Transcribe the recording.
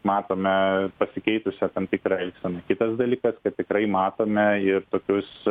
matome pasikeitusią tam tikrą elgseną kitas dalykas kad tikrai matome ir tokius